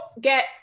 get